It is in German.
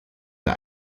der